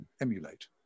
emulate